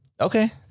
Okay